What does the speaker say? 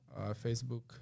Facebook